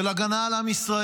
של הגנה על עם ישראל.